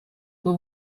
were